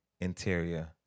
Interior